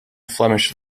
flemish